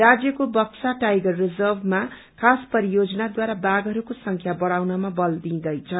राज्यको Buxa tiger reserve मा चास परियोजनाहद्वारा बाघहरूको संख्या बढ़ाउनमा वल दिइदैछ